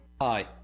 Hi